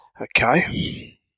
Okay